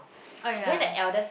oh yeah